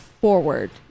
forward